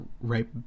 right